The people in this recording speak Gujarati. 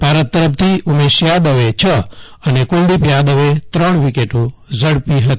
ભારત તરફથી ઉમેશ થાદવે છ અને કુલદીપ થાદવે ત્રણ વિકેટો ઝડપી હતી